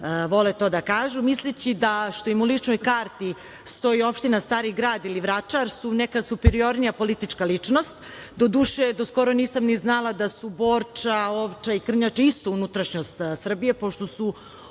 vole to da kažu, misleći da što im u ličnoj karti stoji opština Stari grad ili Vračar su neka superiornija politička ličnost. Doduše do skoro nisam ni znala da su Borča, Ovča i Krnjača isto unutrašnjost Srbije, pošto